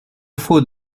faut